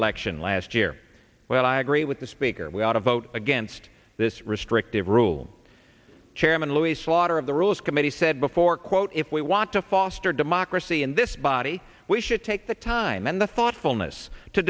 election last year well i agree with the speaker we ought to vote against this restrictive rule chairman louise slaughter of the rules committee said before quote if we want to foster democracy in this body we should take the time and the thoughtfulness to